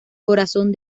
corazón